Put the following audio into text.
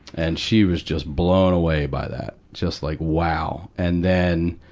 and she was just blown away by that. just like, wow. and then,